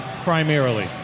primarily